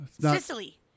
Sicily